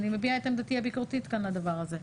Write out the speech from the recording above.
אני מביעה את עמדתי הביקורתית כאן לדבר הזה.